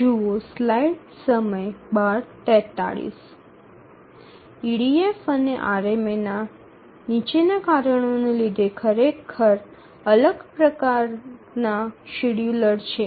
EDF અને RMA નીચેના કારણોને લીધે ખરેખર અલગ અલગ પ્રકારનાં શેડ્યૂલર છે